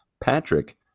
Patrick